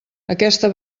aquesta